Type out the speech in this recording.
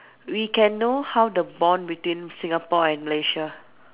we can know how the bond between Singapore and Malaysia